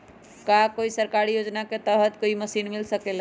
का कोई सरकारी योजना के तहत कोई मशीन मिल सकेला?